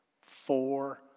Four